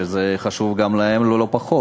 שזה חשוב גם להם לא פחות,